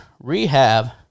rehab